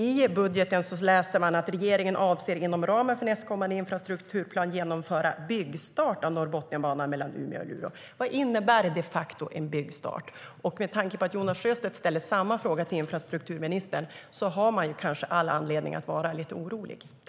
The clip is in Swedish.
I budgeten läser man att regeringen avser att inom ramen för nästkommande infrastrukturplan genomföra byggstart av Norrbotniabanan mellan Umeå och Luleå. Vad innebär de facto en byggstart? Med tanke på att Jonas Sjöstedt ställer samma fråga till infrastrukturministern har man kanske all anledning att vara lite orolig.